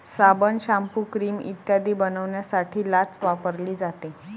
साबण, shampoo, cream इत्यादी बनवण्यासाठी लाच वापरली जाते